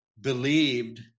believed